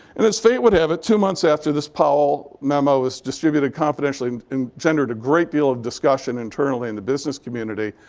and as fate would have it, two months after this powell memo was distributed confidentially and gendered a great deal of discussion internally in the business community,